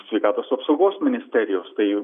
sveikatos apsaugos ministerijos tai